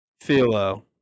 Philo